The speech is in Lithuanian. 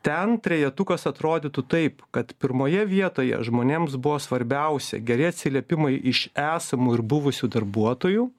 ten trejetukas atrodytų taip kad pirmoje vietoje žmonėms buvo svarbiausia geri atsiliepimai iš esamų ir buvusių darbuotojų